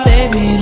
Baby